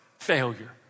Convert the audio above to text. failure